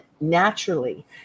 naturally